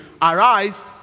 Arise